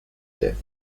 death